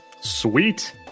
Sweet